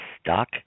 stuck